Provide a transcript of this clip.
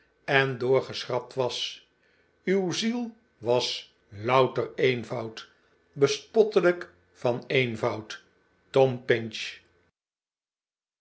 en doorgeschrapt was uw ziel was louter eenvoud bespottelijk van eenvoud tom pinch